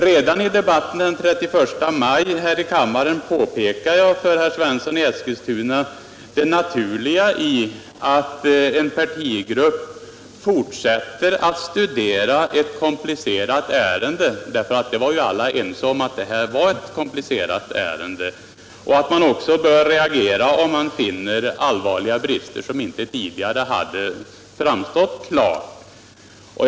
Redan 1 debautten den 31 maj här i kammaren påpekade jag för herr Svensson i Eskilstuna det naturliga i att en partigrupp fortsätter att studera ett komplicerat ärende — vi var ju alla ense om att detta är ett komplicerat ärende — och alt man reagerar om det framkommer allvarliga brister, som tidigare inte klart framstått.